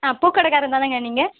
ஆ பூக்கடைக்கார்ருதானங்க நீங்கள்